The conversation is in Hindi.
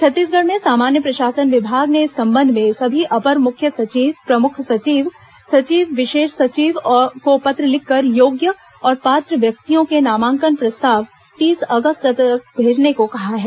छत्तीसगढ़ में सामान्य प्रशासन विभाग ने इस संबंध में सभी अपर मुख्य सचिव प्रमुख सचिव सचिव विशेष सचिव को पत्र लिखकर योग्य और पात्र व्यक्तियों के नामांकन प्रस्ताव तीस अगस्त तक भेजने को कहा है